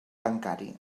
bancari